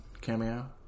cameo